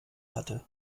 hatte